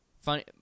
Funny